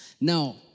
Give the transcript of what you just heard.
Now